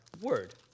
word